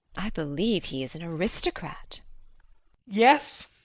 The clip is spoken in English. i believe he is an aristocrat yes,